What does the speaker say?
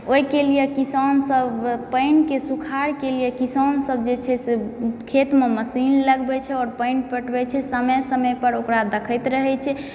ओहिके लिए किसान सब पानि के सुखार के लिए किसान सब जे छै से खेतमे मशीन लगबै छै और पानि पटबै छै समय समय पर ओकरा देखैत रहै छै